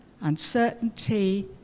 uncertainty